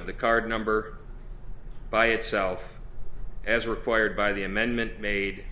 of the card number by itself as required by the amendment made